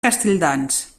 castelldans